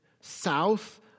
south